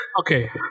Okay